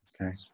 Okay